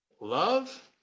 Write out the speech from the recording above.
Love